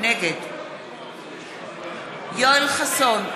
נגד יואל חסון,